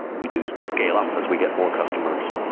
we do scale up as we get more customers.